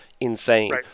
insane